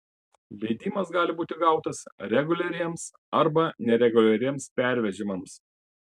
leidimas gali būti gautas reguliariems arba nereguliariems pervežimams